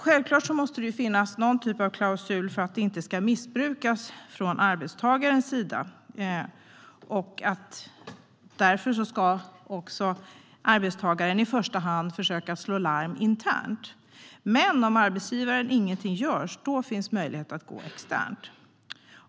Självklart måste det finnas någon typ av klausul för att detta inte ska missbrukas från arbetstagarens sida. Därför ska arbetstagaren i första hand försöka slå larm internt, men om arbetsgivaren inget gör finns möjlighet att gå externt.